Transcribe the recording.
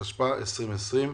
התשפ"א-2020.